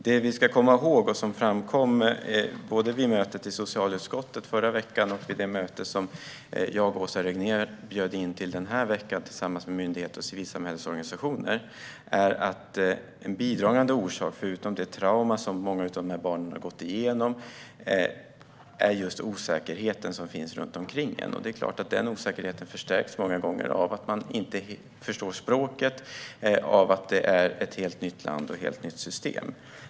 Det vi ska komma ihåg och som framkom både vid mötet i socialutskottet i förra veckan och vid det möte som jag och Åsa Regnér bjöd in till den här veckan tillsammans med myndigheter och civilsamhällets organisationer är att en bidragande orsak, förutom det trauma som många av dessa barn har gått igenom, är just osäkerheten som finns runt omkring dem. Det är klart att den osäkerheten många gånger förstärks av att de inte förstår språket och att det är ett helt nytt land och ett helt nytt system.